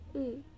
mm